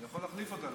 אני יכול להחליף אותה,